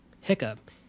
hiccup